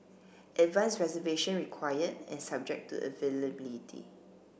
advanced reservation required and subject to availability